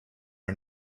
are